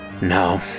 No